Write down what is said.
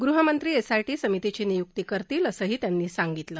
गृहमंत्री एसआयटी समितीची निय्क्ती करतील असंही त्यांनी सांगितलं